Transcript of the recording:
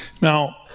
Now